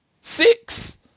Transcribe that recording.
six